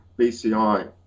BCI